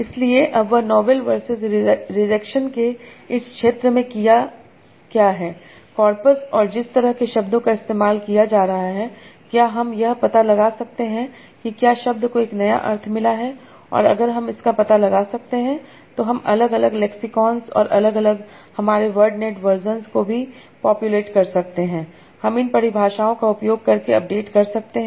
इसलिए अब वह नोवेल वर्सेस रिजेक्शन के इस क्षेत्र में क्या किया है कॉर्पस और जिस तरह से शब्दों का इस्तेमाल किया जा रहा है क्या हम यह पता लगा सकते हैं कि क्या शब्द को एक नया अर्थ मिला है और अगर हम इसका पता लगा सकते हैं तो हम अलग अलग लेक्सीकॉन्स और अलग अलग हमारे वर्ड नेट वर्जन को भी पॉप्युलेट कर सकते हैं हम इन परिभाषाओं का उपयोग करके अपडेट कर सकते हैं